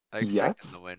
Yes